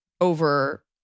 over